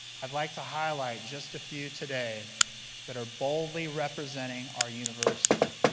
i'd like to highlight just a few today that are boldly representing our university.